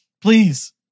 Please